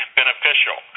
beneficial